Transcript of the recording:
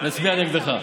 לא הסתדרנו, נצביע נגדך.